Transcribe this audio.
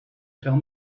tell